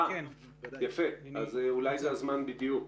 אז אולי זה הזמן בדיוק.